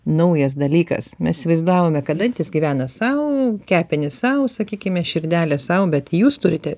naujas dalykas mes įsivaizdavome kad dantys gyvena sau kepenys sau sakykime širdelė sau bet jūs turite